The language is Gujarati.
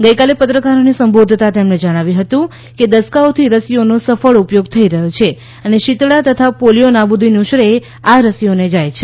ગઇકાલે પત્રકારોને સંબોધતાં તેમણે જણાવ્યું હતું કે દસકાઓથી રસીઓનો સફળ ઉપયોગ થઇ રહ્યો છે અને શીતળા તથા પોલીયો નાબુદીનું શ્રેય આ રસીઓને જાય છે